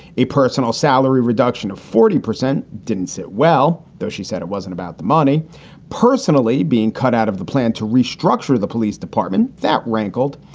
a personal salary reduction of forty percent didn't sit well, though. she said it wasn't about the money personally being cut out of the plan to restructure the police department. that rankled.